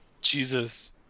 Jesus